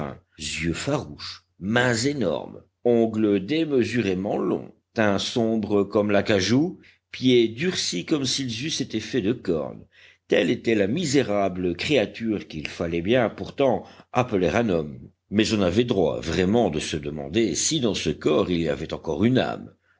yeux farouches mains énormes ongles démesurément longs teint sombre comme l'acajou pieds durcis comme s'ils eussent été faits de corne telle était la misérable créature qu'il fallait bien pourtant appeler un homme mais on avait droit vraiment de se demander si dans ce corps il y avait encore une âme